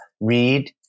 read